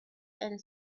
and